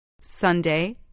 Sunday